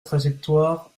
trajectoire